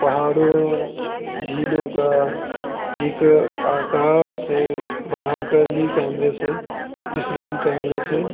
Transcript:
पहाड़ों झीलों का एक आकार से बनाकर ही कैमरे से डिसलाइन कैमरे से